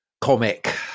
comic